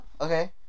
Okay